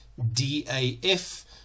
DAF